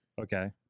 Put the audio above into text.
Okay